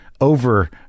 over